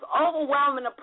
overwhelming